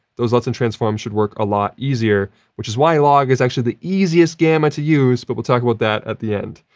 those luts and transforms should work a lot easier, which is why log is actually the easiest gamma to use, but we'll talk about that at the end.